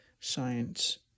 science